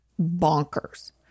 bonkers